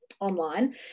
online